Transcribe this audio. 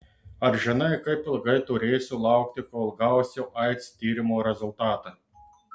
ar žinai kaip ilgai turėsiu laukti kol gausiu aids tyrimo rezultatą